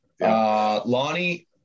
lonnie